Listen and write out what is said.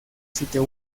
sitio